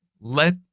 let